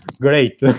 great